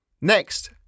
Next